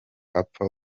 apfa